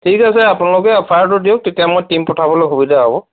ঠিক আছে আপোনালোকে এফায়াৰটো দিয়ক তেতিয়া মই টীম পঠাবলৈ সুবিধা হ'ব